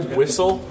whistle